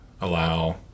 allow